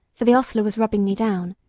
for the hostler was rubbing me down,